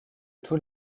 tous